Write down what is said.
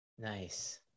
Nice